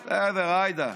בסדר, עאידה.